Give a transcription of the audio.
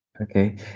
Okay